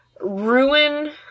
ruin